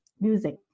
music